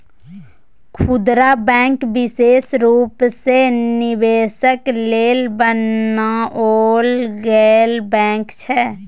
खुदरा बैंक विशेष रूप सँ निवेशक लेल बनाओल गेल बैंक छै